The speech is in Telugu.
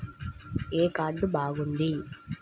ఏ కార్డు బాగుంది?